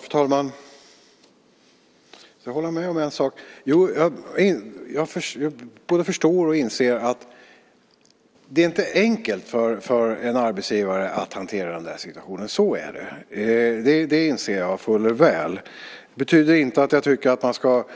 Fru talman! Jag kan hålla med om en sak. Jag både förstår och inser att det inte är enkelt för en arbetsgivare att hantera situationen - så är det; det inser jag fuller väl. Det betyder inte att arbetsgivaren ska